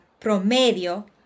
promedio